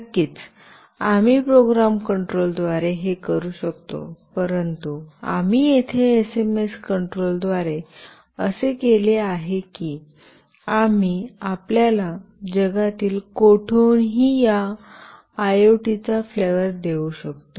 नक्कीच आम्ही program control द्वारे हे करू शकतो परंतु आम्ही येथे एसएमएस कंट्रोल द्वारे असे केले आहे की आम्ही आपल्याला जगातील कोठुनही या आयओटी चा फ्लेवर देऊ शकतो